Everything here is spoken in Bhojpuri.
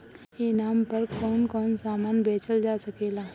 ई नाम पर कौन कौन समान बेचल जा सकेला?